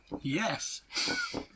Yes